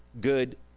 good